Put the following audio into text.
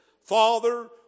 Father